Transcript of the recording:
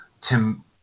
Tim